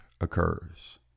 occurs